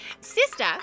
Sister